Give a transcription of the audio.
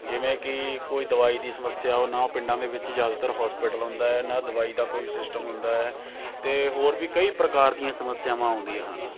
ਜਿਵੇਂ ਕਿ ਕੋਈ ਦਵਾਈ ਦੀ ਸਮੱਸਿਆ ਨਾ ਉਹ ਪਿੰਡਾਂ ਦੇ ਵਿੱਚ ਜ਼ਿਆਦਾਤਰ ਹੋਸਪਿਟਲ ਹੁੰਦਾ ਹੈ ਨਾ ਦਵਾਈ ਦਾ ਕੋਈ ਸਿਸਟਮ ਹੁੰਦਾ ਹੈ ਅਤੇ ਹੋਰ ਵੀ ਕਈ ਪ੍ਰਕਾਰ ਦੀਆਂ ਸਮੱਸਿਆਵਾਂ ਆਉਂਦੀਆਂ ਹਨ